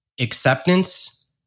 acceptance